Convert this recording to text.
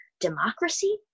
democracy